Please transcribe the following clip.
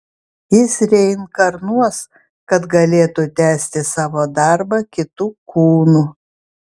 jis reinkarnuos kad galėtų tęsti savo darbą kitu kūnu